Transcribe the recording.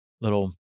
little